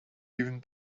even